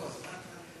לא יודע, רוב הזמן.